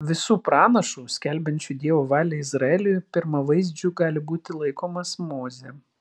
visų pranašų skelbiančių dievo valią izraeliui pirmavaizdžiu gali būti laikomas mozė